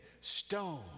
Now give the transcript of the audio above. stone